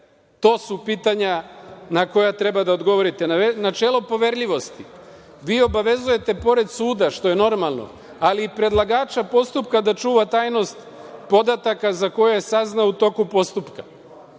su pitanja na koja treba da odgovorite. Načelo poverljivosti. Vi obavezujete pored suda, što je normalno, ali i predlagača postupka da čuva tajnost podataka za koje je saznao u toku postupka.